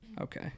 okay